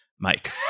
Mike